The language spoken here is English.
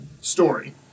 story